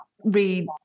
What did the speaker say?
read